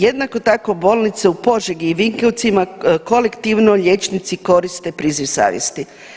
Jednako tako bolnice u Požegi i Vinkovcima kolektivno liječnici koriste priziv savjesti.